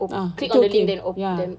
ah that's the thing ya